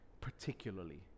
particularly